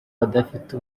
adafite